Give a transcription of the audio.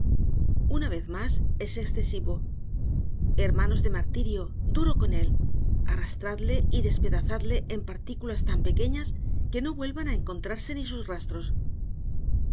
una vez más es excesivo hermanos de martirio duro con él arrastradle y despedazadle en partículas tan pequeñas que no vuelvan a encontrarse ni sus rastros